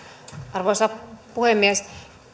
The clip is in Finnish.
arvoisa puhemies